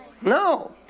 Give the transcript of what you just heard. No